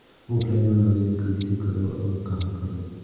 Offline loan आवेदन कइसे करो और कहाँ करो?